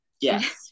yes